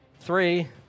Three